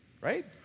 Right